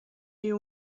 you